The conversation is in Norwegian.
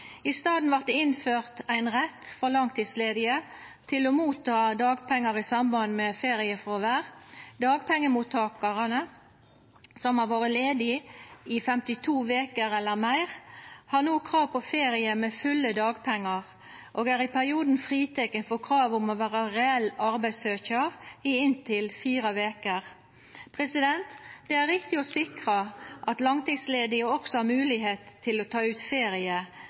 I staden vart det innført ein rett for langtidsledige til å ta imot dagpengar i samband med feriefråvær. Mottakarar av dagpengar som har vore ledige i 52 veker eller meir, har no krav på ferie med fulle dagpengar, og er i perioden fritekne for kravet om å vera reell arbeidssøkjar i inntil fire veker. Det er rett å sikra at langtidsledige også har moglegheit til å ta ut ferie,